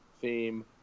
theme